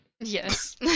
Yes